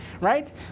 right